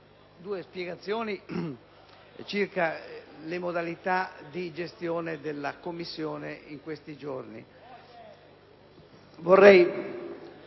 due spiegazioni circa le modalità di gestione dei lavori della Commissione in questi giorni.